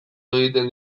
egiten